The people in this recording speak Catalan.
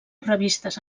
revistes